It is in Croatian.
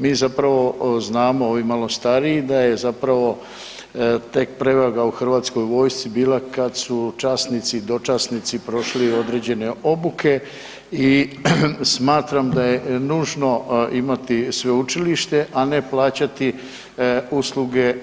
Mi zapravo znamo ovi malo stariji da je tek prevaga u hrvatskoj vojsci bila kad su časnici, dočasnici prošli određene obuke i smatram da je nužno imati sveučilište, a ne plaćati usluge